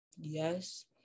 yes